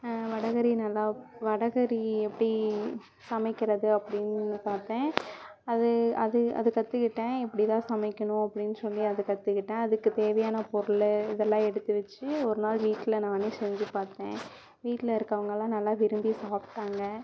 வடகறி நல்லா வடகறி எப்படி சமைக்கிறது அப்படின்னு பார்த்தேன் அது அது அது கற்றுக்கிட்டேன் இப்படிதான் சமைக்கணும் அப்படின்னு சொல்லி அதை கற்றுக்கிட்டேன் அதுக்கு தேவையான பொருள் இதெல்லாம் எடுத்து வச்சு ஒரு நாள் வீட்டில் நானே செஞ்சு பார்த்தேன் வீட்டில் இருக்கிறவங்கலாம் நல்லா விரும்பி சாப்பிட்டாங்க